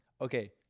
Okay